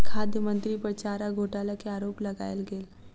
खाद्य मंत्री पर चारा घोटाला के आरोप लगायल गेल